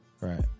Right